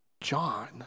John